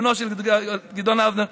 בנו של גדעון האוזנר,